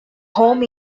home